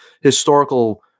historical